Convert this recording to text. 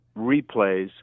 replays